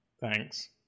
Thanks